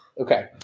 Okay